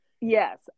yes